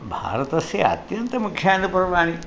भारतस्य अत्यन्तमुख्यानि पर्वाणि